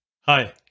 Hi